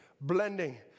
blending